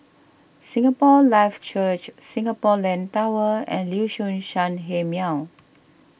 Singapore Life Church Singapore Land Tower and Liuxun Sanhemiao